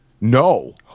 No